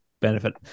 benefit